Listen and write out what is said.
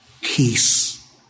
Peace